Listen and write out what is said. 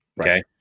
okay